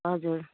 हजुर